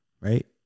Right